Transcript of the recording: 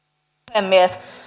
puhemies